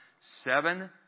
Seven